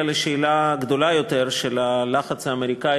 אלא לשאלה גדולה יותר של הלחץ האמריקני